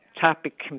topic